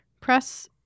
press